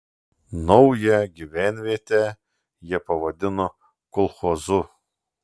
naują gyvenvietę jie pavadino kolchozu